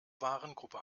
warengruppe